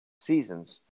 seasons